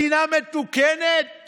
מדינה מתוקנת